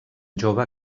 jove